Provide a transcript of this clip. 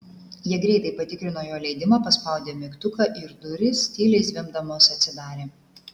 jie greitai patikrino jo leidimą paspaudė mygtuką ir durys tyliai zvimbdamos atsidarė